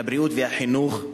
הבריאות והחינוך,